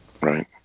right